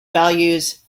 values